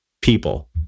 people